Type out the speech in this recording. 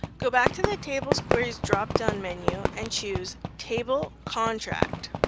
go back to the tables queries drop-down menu and choose table contract.